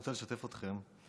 אני רוצה לשתף אתכם,